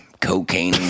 cocaine